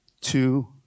two